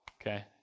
okay